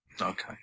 Okay